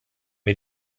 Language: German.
wir